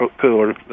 cooler